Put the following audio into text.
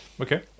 Okay